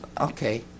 Okay